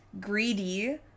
Greedy